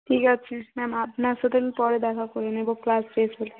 ঠিক আছে ম্যাম আপনার সাথে আমি পরে দেখা করে নেব ক্লাস শেষ হলে